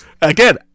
Again